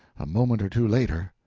a moment or two later,